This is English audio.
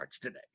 today